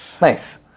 Nice